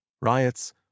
riots